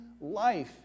life